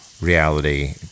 reality